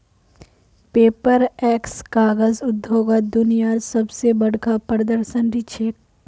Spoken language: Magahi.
पेपरएक्स कागज उद्योगत दुनियार सब स बढ़का प्रदर्शनी छिके